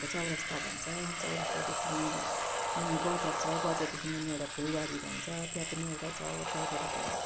हाम्रो चौरस्ता भन्छ चौरस्तादेखि यहाँ मुनि मुनि बजार छ बजारदेखि मुनि एउटा फुलबारी भन्छ त्यहाँ पनि एउटा छ गार्डन फुल